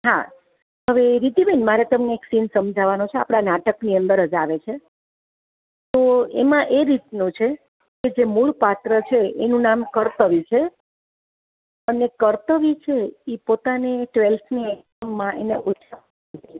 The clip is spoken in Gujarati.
હા હવે રિદ્ધિ બેન મારે તમને એક સીન સમજાવવાનો છે આપણાં નાટકની અંદર જ આવે છે તો એમાં એ રીતનું છે કે જે મૂળપાત્ર છે એનું નામ કર્તવી છે અને કર્તવી છે એ પોતાને ટવેલ્થની એક્ઝામમાં એના ઓછા માર્કસ આવ્યા છે